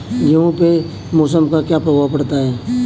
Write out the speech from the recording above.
गेहूँ पे मौसम का क्या प्रभाव पड़ता है?